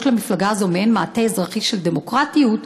למפלגה הזאת מעין מעטה אזרחי של דמוקרטיות,